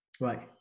Right